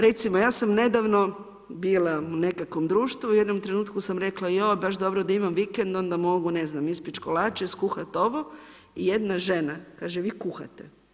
Recimo, ja sam nedavno bila u nekakvom društvu, u jednom trenutku sam rekla, joj baš dobro da imam vikend onda mogu ne znam, ispeći kolače, skuhati ovo i jedna žena kaže, vi kuhate?